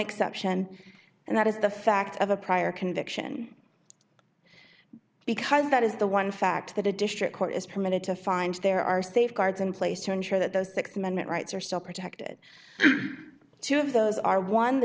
exception and that is the fact of a prior conviction because that is the one fact that a district court is permitted to find there are safeguards in place to ensure that those th amendment rights are still protected two of those are one the